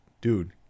dude